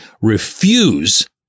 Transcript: refuse